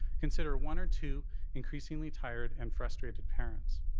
consider one or two increasingly tired and frustrated parents.